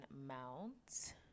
mount